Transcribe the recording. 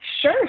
Sure